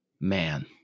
man